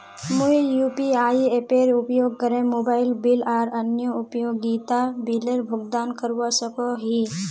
मुई यू.पी.आई एपेर उपयोग करे मोबाइल बिल आर अन्य उपयोगिता बिलेर भुगतान करवा सको ही